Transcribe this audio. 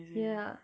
ya